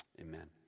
amen